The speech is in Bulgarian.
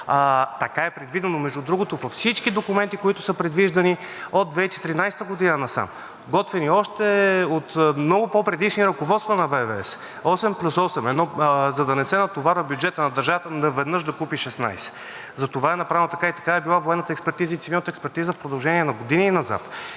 Така е предвидено, между другото, във всички документи, които са предвиждани от 2014 г. насам, готвени още от много по-предишни ръководства на ВВС – осем плюс осем, за да не се натоварва бюджетът на държавата наведнъж да купи 16. Затова е направено така и такава е била военната експертиза и цивилната експертиза в продължение на години назад.